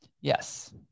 Yes